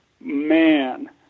man